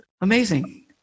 Amazing